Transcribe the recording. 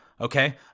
okay